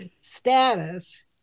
status